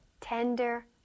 tender